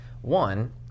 One